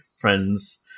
friends